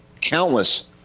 countless